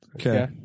Okay